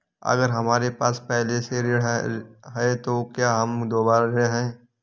अगर हमारे पास पहले से ऋण है तो क्या हम दोबारा ऋण हैं?